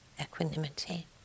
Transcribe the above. equanimity